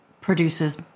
produces